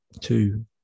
two